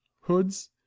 Hood's